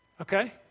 Okay